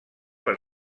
per